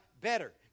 better